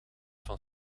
van